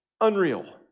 unreal